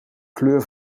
kleur